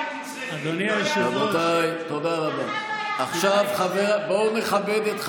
תודה רבה, מכובדיי.